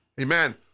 amen